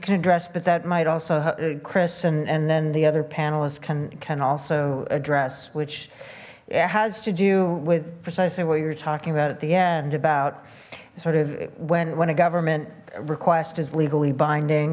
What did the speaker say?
can address but that might also help chris and and then the other panelists can can also address which it has to do with precisely what you're talking about at the end about sort of when when a government request is legally binding